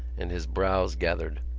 and his brows gathered.